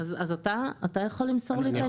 אז אתה יכול למסור לי את האינפורמציה.